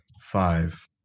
five